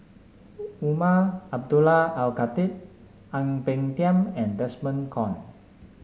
Umar Abdullah Al Khatib Ang Peng Tiam and Desmond Kon